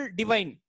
divine